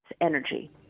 energy